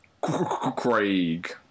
Craig